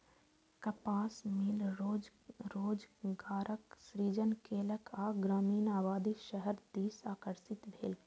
कपास मिल रोजगारक सृजन केलक आ ग्रामीण आबादी शहर दिस आकर्षित भेल